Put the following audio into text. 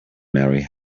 mary